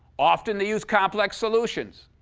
often, they use complex solutions.